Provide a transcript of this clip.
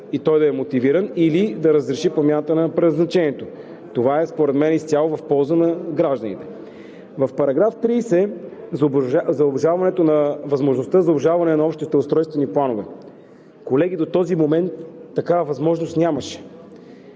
и той да е мотивиран или да разреши промяната на предназначението. Това според мене е изцяло в полза на гражданите. В § 30 за възможността за обжалване на общите устройствени планове. Колеги, до този момент такава възможност нямаше